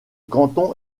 canton